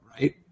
right